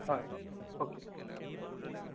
হয় অ' কে